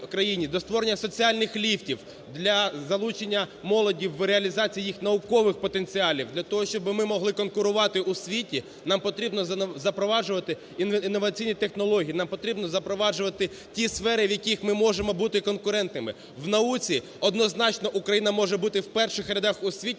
до створення соціальних ліфтів, для залучення молоді в реалізації їх наукових потенціалів, для того, щоб ми могли конкурувати у світі нам потрібно запроваджувати інноваційні технології, нам потрібно запроваджувати ті сфери, в яких ми можемо бути конкурентними. В науці однозначно Україна може бути в перших рядах у світі,